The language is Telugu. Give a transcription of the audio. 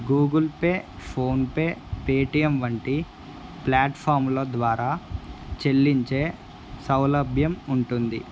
గూగుల్ పే ఫోన్పే పేటిఎం వంటి ప్లాట్ఫామ్ల ద్వారా చెల్లించే సౌలభ్యం ఉంటుంది